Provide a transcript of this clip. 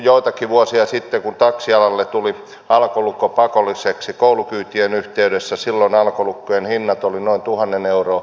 joitakin vuosia sitten kun taksialalle tuli alkolukko pakolliseksi koulukyytien yhteydessä alkolukkojen hinnat olivat noin tuhannen euroa asennettuna